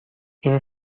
این